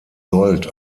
gold